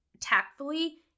Tactfully